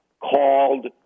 Called